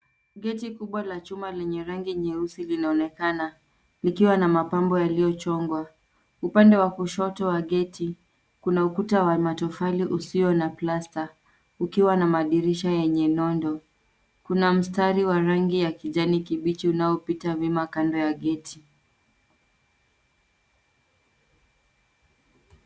Geti kubwa la chuma yenye rangi nyeusi linaonekana, likiwa na mapambo yaliochongwa. Upande wa kushoto wa geti, kuna ukuta wa matofali usio na plasta, ukiwa na madirisha yenye nondo. Kuna mstari wa rangi ya kijani kibichi unaopita wima kando ya geti.